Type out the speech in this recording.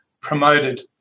promoted